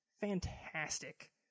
fantastic